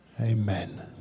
Amen